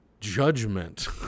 judgment